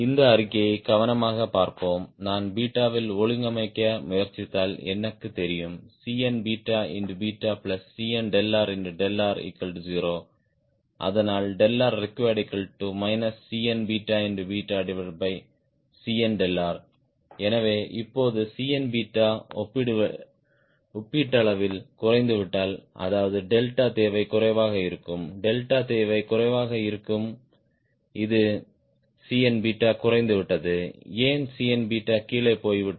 இந்த அறிக்கையை கவனமாகப் பார்ப்போம் நான் பீட்டாவில் ஒழுங்கமைக்க முயற்சித்தால் எனக்குத் தெரியும் CnCnrr0 அதனால் required CnCnr எனவே இப்போது Cnஒப்பீட்டளவில் குறைந்துவிட்டால் அதாவது டெல்டா தேவை குறைவாக இருக்கும் டெல்டா தேவை குறைவாக இருக்கும் இது Cn குறைந்துவிட்டது ஏன் Cn கீழே போய்விட்டது